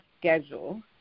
schedule